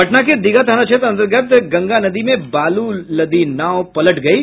पटना के दीघा थाना क्षेत्र अंतर्गत गंगा नदी में बालू लदी नाव पलट गयी